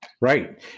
Right